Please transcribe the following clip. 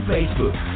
Facebook